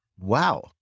Wow